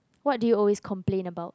what do you always complain about